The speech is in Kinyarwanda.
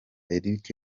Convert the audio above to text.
eric